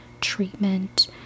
treatment